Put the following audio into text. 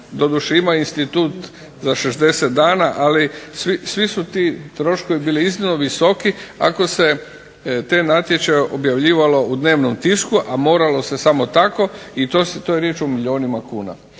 doduše ima institut za 60 dana, ali svi su ti troškovi bili iznimno visoki ako se te natječaje objavljivalo u dnevnom tisku, a moralo se samo tako i tu je riječ o milijunima kuna.